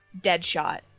Deadshot